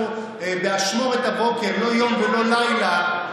אנחנו עכשיו באשמורת הבוקר, לא יום ולא לילה.